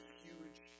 huge